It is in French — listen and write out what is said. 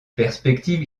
perspective